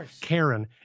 Karen